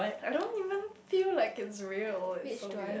I don't even feel like it's real it's so weird